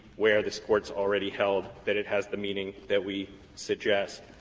where this court's already held that it has the meaning that we suggest.